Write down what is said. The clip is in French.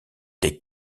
des